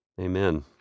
Amen